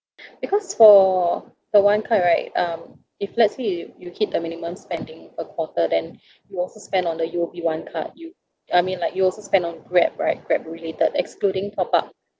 because for the one card right um if let's say you you hit the minimum spending a quarter then you also spend on the U_O_B one card you I mean like your also spend on Grab right Grab related excluding top up